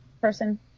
person